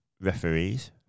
Referees